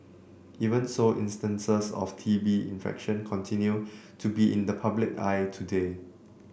even so instances of T B infection continue to be in the public eye today